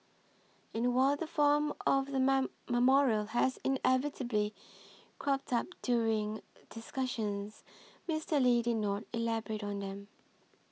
and while the form of the man memorial has inevitably cropped up during discussions Mister Lee did not elaborate on them